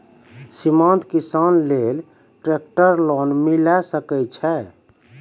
सीमांत किसान लेल ट्रेक्टर लोन मिलै सकय छै?